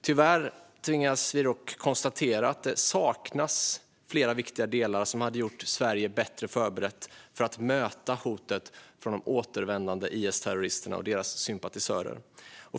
Tyvärr tvingas vi dock konstatera att det saknas flera viktiga delar som hade gjort Sverige bättre förberett att möta hotet från de återvändande IS-terroristerna och deras sympatisörer.